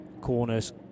corners